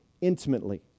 intimately